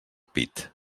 pit